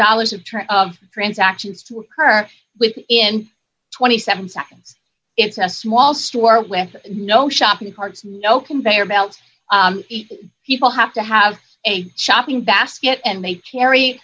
dollars of track of transactions to occur with in twenty seven seconds it's us mall store with no shopping carts no conveyor belt people have to have a shopping basket and they carry